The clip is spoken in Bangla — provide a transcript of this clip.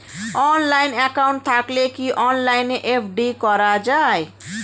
অনলাইন একাউন্ট থাকলে কি অনলাইনে এফ.ডি করা যায়?